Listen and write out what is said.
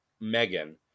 Megan